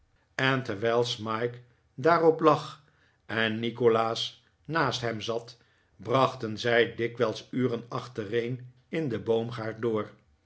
en terwijl smike daarop lag en nikolaas naast hem zat brachten zij dikwijls uren achtereen in den boomgaard door